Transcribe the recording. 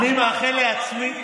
אני מאחל לעצמי,